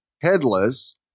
Headless